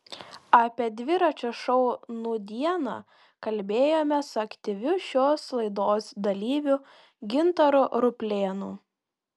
apie dviračio šou nūdieną kalbėjomės su aktyviu šios laidos dalyviu gintaru ruplėnu